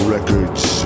Records